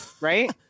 Right